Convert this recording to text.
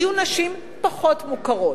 יהיו נשים פחות מוכרות,